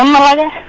um la la